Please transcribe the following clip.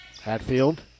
Hatfield